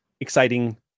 exciting